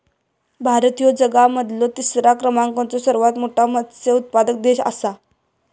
भारत ह्यो जगा मधलो तिसरा क्रमांकाचो सर्वात मोठा मत्स्य उत्पादक देश आसा